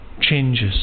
changes